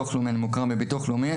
אני מוכר בביטוח הלאומי,